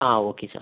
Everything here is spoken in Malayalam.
ആ ഓക്കെ സാർ